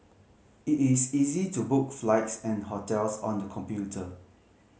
it is easy to book flights and hotels on the computer